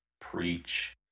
preach